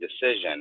decision